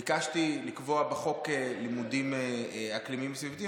ביקשתי לקבוע בחוק לימודים אקלימיים סביבתיים,